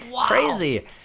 crazy